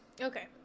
okay